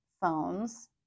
phones